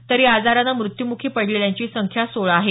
तर या आजाराने मृत्यूमुखी पडलेल्यांची संख्या सोळा आहे